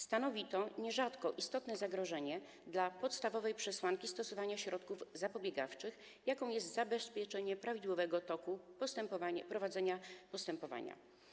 Stanowi to nierzadko istotne zagrożenia dla podstawowej przesłanki stosowania środków zapobiegawczych, jaką jest zabezpieczenie prawidłowego toku prowadzenia postępowania.